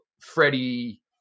Freddie